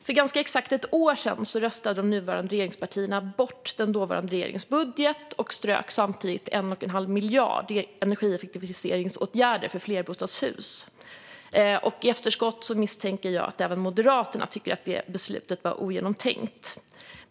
För ganska exakt ett år sedan röstade de nuvarande regeringspartierna ned den dåvarande regeringens budget och strök samtidigt 1 1⁄2 miljard till energieffektiviseringsåtgärder för flerbostadshus. I efterskott misstänker jag att även Moderaterna tycker att beslutet var ogenomtänkt.